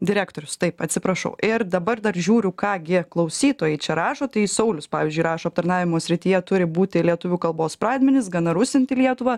direktorius taip atsiprašau ir dabar dar žiūriu ką gi klausytojai čia rašo tai saulius pavyzdžiui rašo aptarnavimo srityje turi būti lietuvių kalbos pradmenys gana rusinti lietuvą